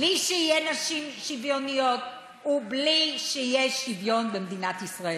בלי שתהיינה נשים שוויוניות ובלי שיהיה שוויון במדינת ישראל.